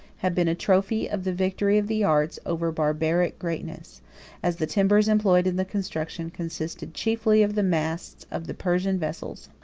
had been a trophy of the victory of the arts over barbaric greatness as the timbers employed in the construction consisted chiefly of the masts of the persian vessels.